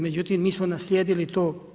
Međutim, mi smo naslijedili to.